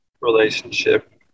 relationship